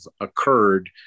occurred